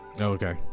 Okay